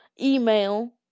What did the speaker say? email